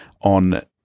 on